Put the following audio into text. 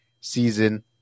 season